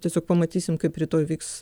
tiesiog pamatysim kaip rytoj vyks